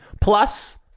plus